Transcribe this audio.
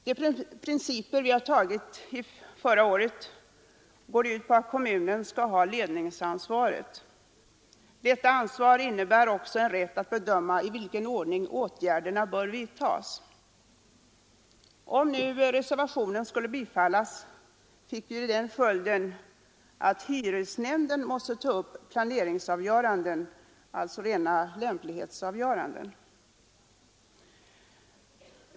De principer vi förra året fattade beslut om går ut på att kommunen skall ha ledningsansvaret. Detta ansvar innebär också rätt att bedöma i vilken ordning åtgärderna bör vidtas. Om nu reservationen skulle bifallas fick det till följd att hyresnämnden måste ta upp planeringsavgöranden, alltså rena lämplighetsbeslut.